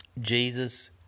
Jesus